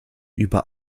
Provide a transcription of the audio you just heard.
über